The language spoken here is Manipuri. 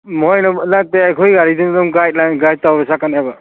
ꯃꯣꯏꯅ ꯅꯠꯇꯦ ꯑꯩꯈꯣꯏ ꯒꯥꯔꯤꯗ ꯑꯗꯨꯝ ꯒꯥꯏꯗ ꯂꯥꯏꯟ ꯒꯥꯏꯗ ꯇꯧꯕ ꯆꯠꯀꯅꯦꯕ